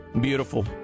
Beautiful